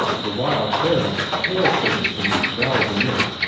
the while theron, pale-faced and with brows knit,